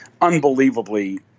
unbelievably